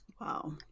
Wow